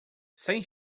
sem